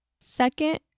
Second